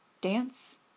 dance